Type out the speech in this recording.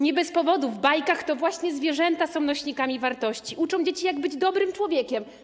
Nie bez powodu w bajkach to właśnie zwierzęta są nośnikami wartości, uczą dzieci, jak być dobrym człowiekiem.